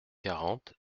quarante